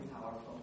powerful